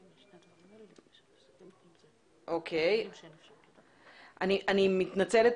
אני מתנצלת